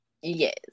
Yes